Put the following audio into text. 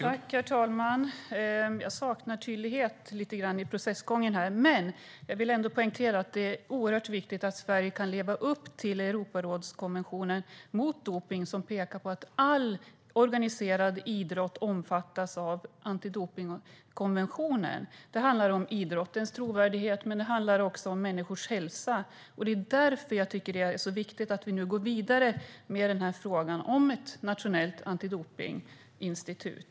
Herr talman! Jag saknar tydlighet i processgången. Men jag vill ändå poängtera att det är oerhört viktigt att Sverige kan leva upp till Europarådskonventionen mot dopning som pekar på att all organiserad idrott omfattas av antidopningskonventionen. Det handlar om idrottens trovärdighet, men det handlar också om människors hälsa. Det är därför som jag tycker att det är så viktigt att vi nu går vidare med den här frågan om ett nationellt antidopningsinstitut.